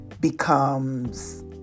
becomes